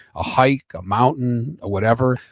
a hike, a mountain or whatever.